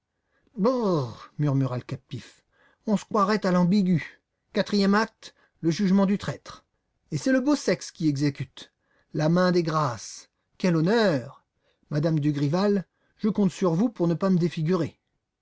le captif on se croirait à l'ambigu quatrième acte le jugement du traître et c'est le beau sexe qui exécute la main des grâces quel honneur madame dugrival je compte sur vous pour ne pas me défigurer